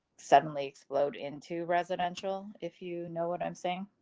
suddenly explode into residential if you know what i'm saying.